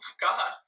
god